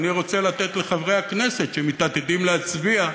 אני רוצה לתת לחברי הכנסת שמתעתדים להצביע,